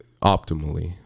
optimally